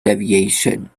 deviation